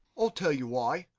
i'll tell you why.